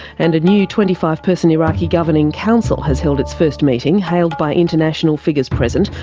and a new twenty five person iraqi governing council has held its first meeting, hailed by international figures present.